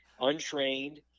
untrained